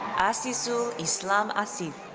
azizul islam asif.